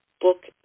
book